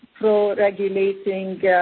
pro-regulating